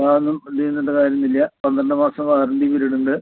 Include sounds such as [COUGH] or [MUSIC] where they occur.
വേറൊന്നും [UNINTELLIGIBLE] കാര്യമൊന്നുമില്ല പന്ത്രണ്ട് മാസം വാറന്റി പീരിയഡുണ്ട്